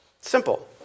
Simple